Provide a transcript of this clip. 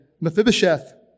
Mephibosheth